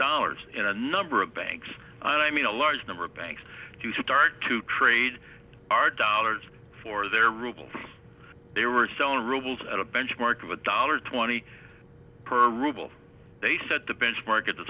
dollars in a number of banks i mean a large number of banks to start to trade our dollars for their ruble they were selling rubles at a benchmark of a dollar twenty per ruble they set the benchmark at the